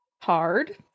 hard